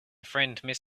friend